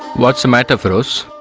what's the matter feroz?